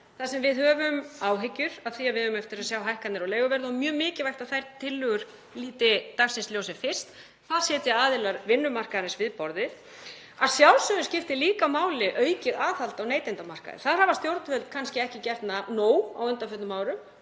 þar sem við höfum áhyggjur af því að við eigum eftir að sjá hækkanir á leiguverði, og mjög mikilvægt er að þær tillögur líti dagsins ljós sem fyrst. Þar sitja aðilar vinnumarkaðarins við borðið. Að sjálfsögðu skiptir aukið aðhald á neytendamarkaði líka máli. Þar hafa stjórnvöld kannski ekki gert nóg á undanförnum árum